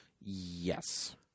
Yes